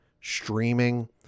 streaming